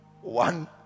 One